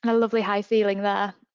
and lovely high ceiling there.